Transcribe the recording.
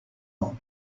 ans